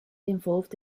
involved